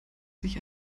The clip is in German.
sich